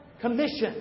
commission